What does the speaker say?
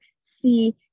see